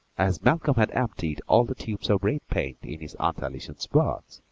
as malcolm had emptied all the tubes of red paint in his aunt allison's box,